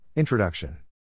Introduction